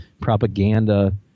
propaganda